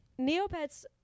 Neopets